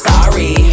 Sorry